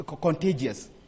contagious